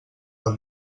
del